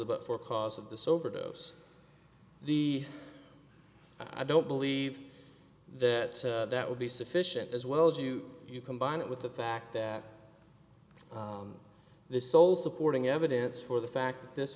about for cause of this overdose the i don't believe that that would be sufficient as well as you you combine it with the fact that this sole supporting evidence for the fact that this